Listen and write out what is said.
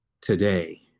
today